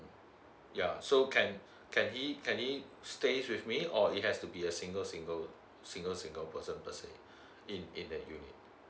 yeah so can can he can he stay with me or it has to be a single single single single person per se in in the unit